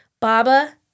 Baba